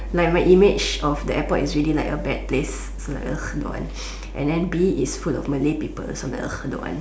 like my image of the airport is already like a bad place so like ugh don't want and then be it it's full of Malay people I'm like ugh don't want